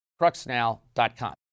cruxnow.com